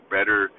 Better